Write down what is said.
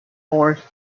org